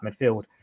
midfield